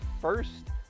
first